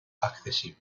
accesible